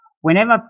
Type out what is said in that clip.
whenever